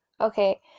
okay